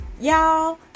y'all